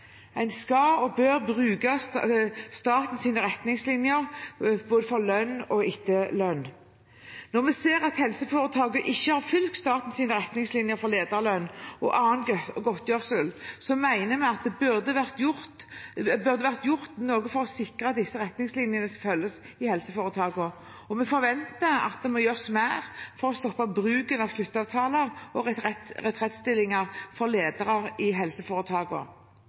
En skal og bør følge statens retningslinjer både for lønn og etterlønn. Når vi ser at helseforetakene ikke har fulgt statens retningslinjer for lederlønn og annen godtgjørelse, mener vi det burde ha vært gjort noe for å sikre at disse retningslinjene følges i helseforetakene, og vi forventer at det gjøres mer for å stoppe bruken av sluttavtaler og retrettstillinger for ledere i